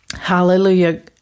Hallelujah